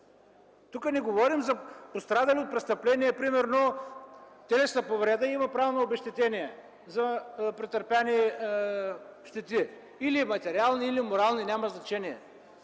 Тук не говоря за пострадали от престъпление. Примерно за телесна повреда има право на обезщетение за претърпени щети – или материални, или морални, няма значение.